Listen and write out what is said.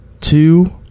two